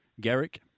Garrick